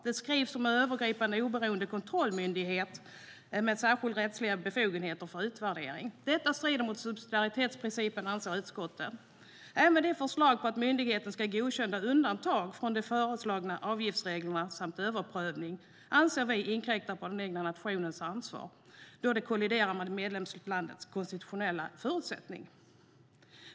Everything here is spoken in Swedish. Det skrivs om en övergripande oberoende kontrollmyndighet med särskilda rättsliga befogenheter för utvärdering. Detta strider mot subsidiaritetsprincipen, anser utskottet. Även förslaget om att myndigheten ska godkänna undantag från de föreslagna avgiftsreglerna samt överprövning anser vi inkräktar på den egna nationens ansvar då det kolliderar med medlemslandets konstitutionella förutsättning.